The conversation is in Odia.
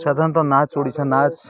ସାଧାରଣତଃ ନାଚ ଓଡ଼ିଶା ନାଚ